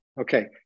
Okay